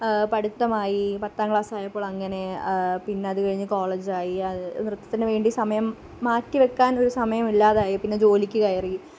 പഠിത്തമായി പത്താം ക്ലാസ്സായപ്പോൾ അങ്ങനെ പിന്നെ അത് കഴിഞ്ഞ് കോളജ് ആയി നൃത്തത്തിന് വേണ്ടി സമയം മാറ്റി വയ്ക്കാൻ ഒരു സമയമില്ലാതെ ആയി പിന്നെ ജോലിക്ക് കയറി